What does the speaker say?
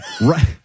Right